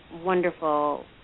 wonderful